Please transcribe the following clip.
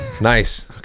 nice